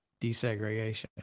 desegregation